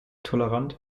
tolerant